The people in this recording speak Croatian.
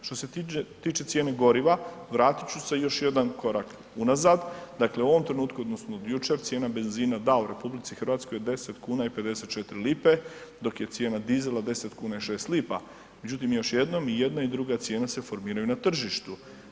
Što se tiče cijene goriva vratit ću se još jedan korak unazad, dakle u ovom trenutku odnosno od jučer cijena benzina da u RH je 10,54 kuna, dok je cijena dizela 10,60 lipa, međutim još jednom i jedna i druga cijena se formiraju na tržištu.